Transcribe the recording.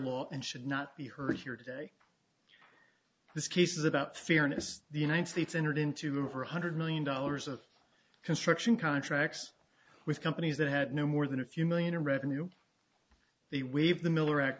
law and should not be heard here today this case is about fairness the united states entered into them for one hundred million dollars of construction contracts with companies that had no more than a few million in revenue they waive the miller act